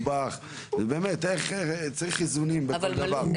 זה פילוסופי מסובך, באמת צריך איזונים בכל דבר.